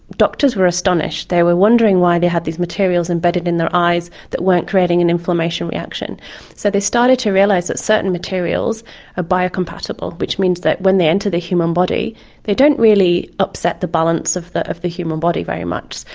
doctors were astonished. they were wondering why they had these materials embedded in their eyes that weren't creating an inflammation reaction so they started to realise that certain materials are ah biocompatible, which means that when they enter the human body they don't really upset the balance of the of the human body very much,